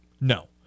No